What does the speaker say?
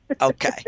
Okay